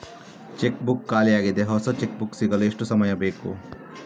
Check book ಖಾಲಿ ಯಾಗಿದೆ, ಹೊಸ ಚೆಕ್ ಬುಕ್ ಸಿಗಲು ಎಷ್ಟು ಸಮಯ ಬೇಕು?